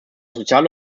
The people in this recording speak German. soziale